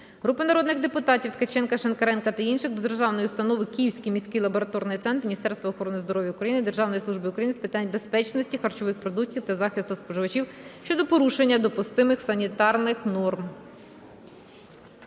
Групи народних депутатів (Ткаченка, Шинкаренка та інших) до Державної установи "Київський міський лабораторний центр Міністерства охорони здоров'я України", Державної служби України з питань безпечності харчових продуктів та захисту споживачів щодо порушення допустимих санітарних норм.